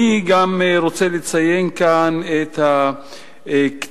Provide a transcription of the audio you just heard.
אני גם רוצה לציין כאן את הקטעים,